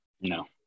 no